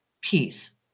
peace